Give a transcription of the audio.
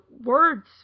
words